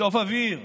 לשאוף אוויר,